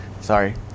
sorry